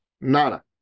nada